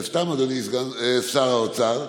אבל סתם, אדוני שר האוצר,